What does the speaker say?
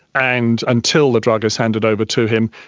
and until the drug is handed over to him,